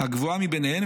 הגבוהה מביניהן,